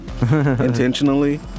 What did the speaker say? intentionally